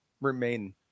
remain